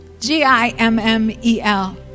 G-I-M-M-E-L